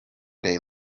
day